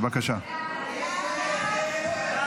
הכנסת.